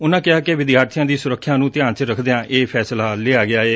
ਉਨਾਂ ਕਿਹਾ ਕਿ ਵਿਦਿਆਰਬੀਆਂ ਦੀ ਸੁਰੱਖਿਆ ਨੂੰ ਧਿਆਨ ਚ ਰਖਦਿਆਂ ਇਹ ਫੈਸਲਾ ਲਿਆ ਗਿਆ ਏ